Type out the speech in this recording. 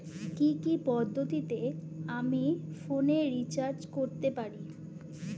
কি কি পদ্ধতিতে আমি ফোনে রিচার্জ করতে পারি?